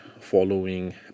following